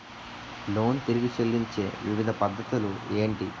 Loan తిరిగి చెల్లించే వివిధ పద్ధతులు ఏంటి?